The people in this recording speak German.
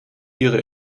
ihre